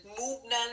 movement